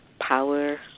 power